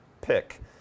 pick